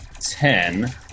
ten